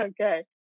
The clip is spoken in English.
Okay